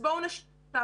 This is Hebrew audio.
אז בואו נשאיר אותם.